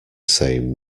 same